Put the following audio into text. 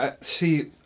See